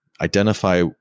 identify